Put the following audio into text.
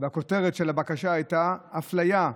הכותרת של הבקשה הייתה אפליה,